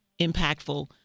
impactful